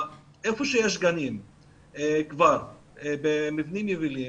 איפה שיש גנים במבנים יבילים,